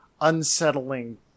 unsettling